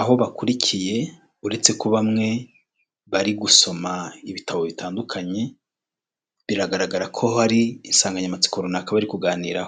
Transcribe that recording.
aho bakurikiye uretse ko bamwe bari gusoma ibitabo bitandukanye, biragaragara ko hari insanganyamatsiko runaka bari kuganiraho.